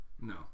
No